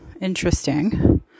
interesting